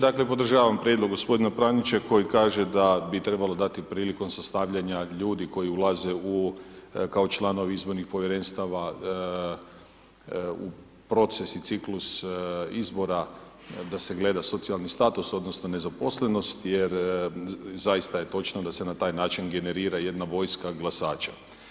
Dakle, podržavam prijedlog g. Pranića, koji kaže da bi trebalo dati prilikom sastavljanja ljudi koji ulaze u kao članovi izbornih povjerenstava u procesni ciklus izbora, da se gleda socijalni status, odnosno, nezaposlenost, jer zaista je točno da se na taj način generira, jedna vojska glasača.